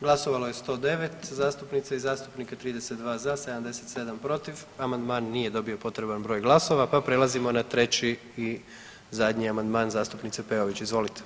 Glasovalo je 109 zastupnica i zastupnika, 32 za, 77 protiv, amandman nije dobio potreban broj glasova pa prelazimo na 3. i zadnji amandman zastupnice Peović, izvolite.